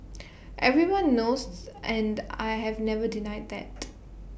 everyone knows and I have never denied that